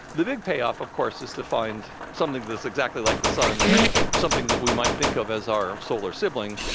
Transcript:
the big payoff of course is to find something that's exactly like the sun and something that we might think of as our solar sibling.